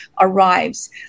arrives